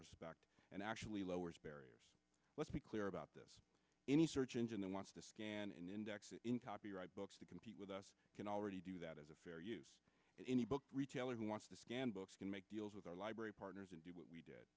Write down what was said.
respect and actually lowers barriers let's be clear about this any search engine the wants the indexes in copyright books to compete with us can already do that is a fair use any book retailer who wants to scan books can make deals with our library partners and do what we did